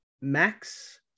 Max